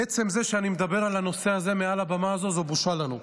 עצם זה שאני מדבר על הנושא הזה מעל הבמה הזו זו בושה לנו.